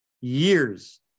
years